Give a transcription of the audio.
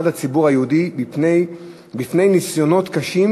עמד הציבור היהודי בפני ניסיונות קשים